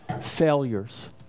failures